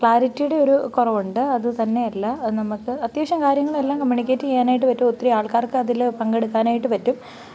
ക്ലാരിറ്റിയുടെ ഒരു കുറവുണ്ട് അതുതന്നെയല്ല നമ്മൾക്ക് അത്യാവശ്യം കാര്യങ്ങളെല്ലാം കമ്മ്യൂണിക്കേറ്റ് ചെയ്യാനായിട്ട് പറ്റും ഒത്തിരിയാള്ക്കാര്ക്കതിൽ പങ്കെടുക്കാനായിട്ട് പറ്റും